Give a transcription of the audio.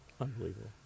Unbelievable